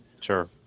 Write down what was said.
sure